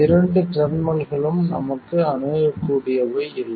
இரண்டு டெர்மினல்களும் நமக்கு அணுகக்கூடியவை இல்லை